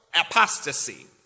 apostasy